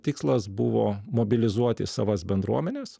tikslas buvo mobilizuoti savas bendruomenes